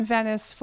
Venice